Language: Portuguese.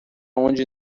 onde